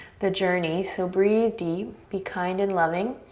the journey. so breathe deep, be kind and loving.